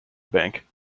bank